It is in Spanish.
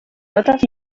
notas